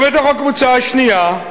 ובתוך הקבוצה השנייה,